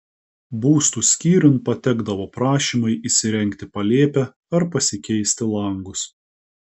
būstų skyriun patekdavo prašymai įsirengti palėpę ar pasikeisti langus